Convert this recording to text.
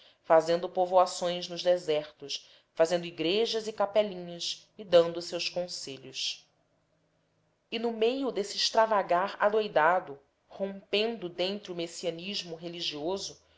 fazendo povoações nos desertos fazendo egrejas e capellinhas e dando seus conselhos e no meio desse extravagar adoudado rompendo dentre o messianismo religioso